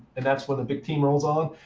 and that's when the big team rolls on.